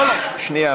שנייה.